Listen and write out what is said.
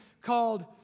called